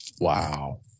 Wow